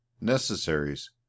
necessaries